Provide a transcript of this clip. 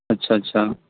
اچھا اچھا